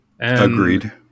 Agreed